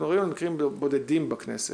אנחנו מדברים על מקרים בודדים בכנסת.